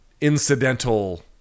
incidental